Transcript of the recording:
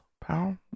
Power